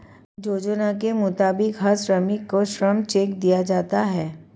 योजना के मुताबिक हर श्रमिक को श्रम चेक दिया जाना हैं